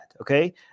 okay